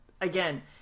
again